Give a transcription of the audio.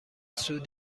سود